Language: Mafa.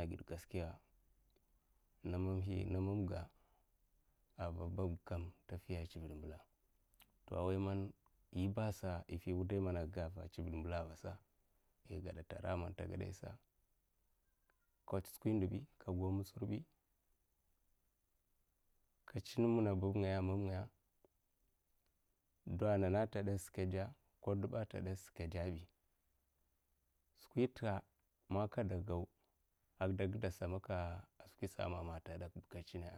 ai gid gaskiya na mamga ava babgakam tafiya tsivid inmbla'a, ai wai man yibasa ifi wudaig ai tsivid mmbla'a, vasa'a, ai gedata ai ra man tagedaya ai vasa. katsa skwi ndobbi ka tsin muna babgaya ai na mam ngaya dea, nanna ai tagedaksa kade ka dusa a, tegudaksa ka dabi skwita manka de go amama ai de gudek skwisa amama ai tugudeka skwisa amama ai ta gedekba ka tsina.